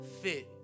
fit